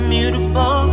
Beautiful